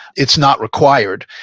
it's not required,